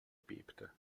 bebte